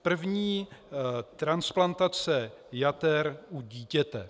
První transplantace jater u dítěte.